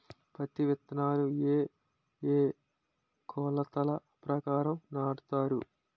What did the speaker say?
పత్తి విత్తనాలు ఏ ఏ కొలతల ప్రకారం నాటుతారు?